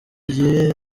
gihe